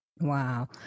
Wow